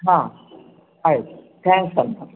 ಹಾಂ ಆಯ್ತು ತ್ಯಾಂಕ್ಸ್ ಅಣ್ಣ